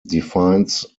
defines